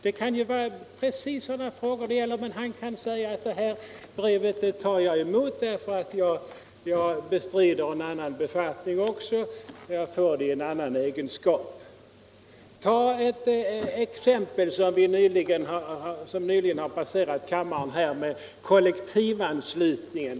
Det kan gälla precis sådana frågor, men han säger att det här brevet tar jag emot därför att jag bestrider en annan befattning också och jag får det i den egenskapen. Låt mig som exempel ta ett ärende som nyligen har passerat kammaren, nämligen frågan om kollektivanslutningen.